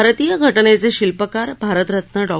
भारतीय घटनेचे शिल्पकार भारतरत्न डॉ